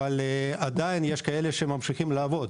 אבל עדיין יש כאלו שממשיכים לעבוד,